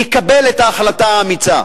יקבל את ההחלטה האמיצה.